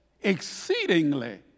exceedingly